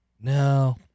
No